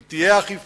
אם תהיה אכיפה,